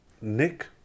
Nick